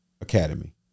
Academy